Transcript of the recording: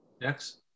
Next